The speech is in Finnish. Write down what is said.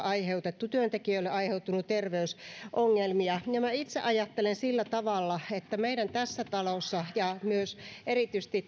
aiheutettu työntekijöille terveysongelmia minä itse ajattelen sillä tavalla että meidän tässä talossa ja myös erityisesti